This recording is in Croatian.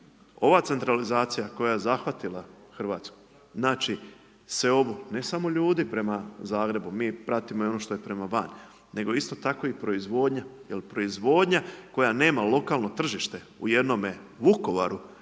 Ova centralizacija koja je zahvatila Hrvatsku, znači seobu ne samo ljudi prema Zagrebu, mi pratimo i ono što je prema van, nego isto tako i proizvodnja jer proizvodnja koja nema lokalno tržište u jednome Vukovaru